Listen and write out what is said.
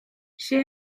she